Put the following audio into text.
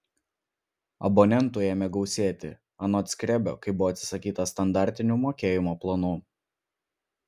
abonentų ėmė gausėti anot skrebio kai buvo atsisakyta standartinių mokėjimo planų